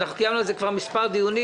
קיימנו על זה כבר מספר דיונים.